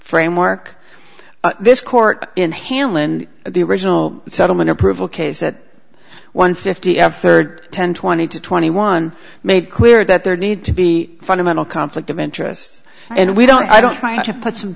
framework this court in hamlin the original settlement approval case that one fifty have third ten twenty to twenty one made clear that there need to be fundamental conflict of interests and we don't i don't try to put some